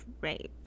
rape